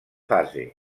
fase